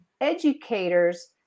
educators